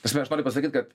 prasme aš noriu pasakyt kad